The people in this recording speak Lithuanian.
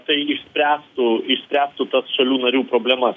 tai išspręstų išspręstų tas šalių narių problemas